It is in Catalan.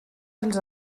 els